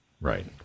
right